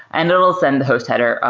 and it will send the host header,